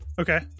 Okay